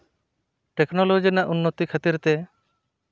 technology ᱨᱮᱱᱟᱜ ᱩᱱᱱᱚᱛᱤ ᱠᱷᱟᱹᱛᱤᱨ ᱛᱮ